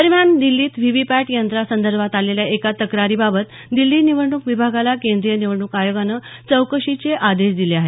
दरम्यान दिल्लीत व्हीव्हीपॅट यंत्रासंदर्भात आलेल्या एका तक्रारीबाबत दिल्ली निवडणूक विभागाला केंद्रीय निवडणूक आयोगानं चौकशीचे आदेश दिले आहेत